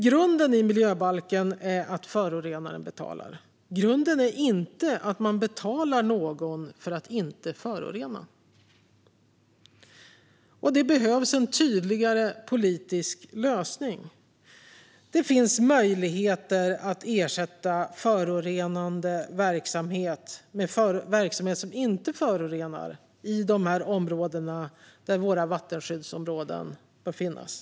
Grunden i miljöbalken är att förorenaren betalar. Grunden är inte att man betalar någon för att inte förorena. Det behövs en tydligare politisk lösning. Det finns möjligheter att ersätta förorenande verksamhet med verksamhet som inte förorenar i de områden där våra vattenskyddsområden bör finnas.